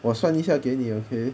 我算一下给你 okay